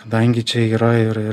kadangi čia yra ir ir